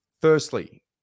Firstly